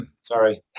Sorry